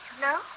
No